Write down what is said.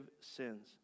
sins